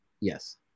Yes